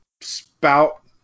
spout